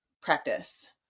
practice